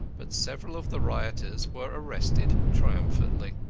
but several of the rioters were arrested, triumphantly.